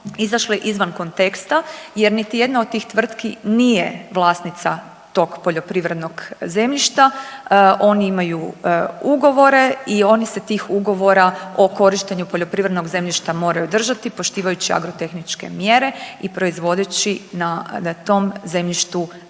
izašle izvan konteksta jer niti jedna od tih tvrtki nije vlasnica tog poljoprivrednog zemljišta, oni imaju ugovore i oni se tih ugovora o korištenju poljoprivrednog zemljišta moraju držati poštivajući agrotehničke mjere i proizvodeći na tom zemljištu hranu.